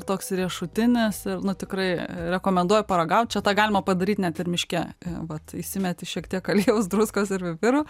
toks riešutinis nu tikrai rekomenduoju paragaut čia tą galima padaryt net ir miške vat įsimeti šiek tiek aliejaus druskos ir pipirų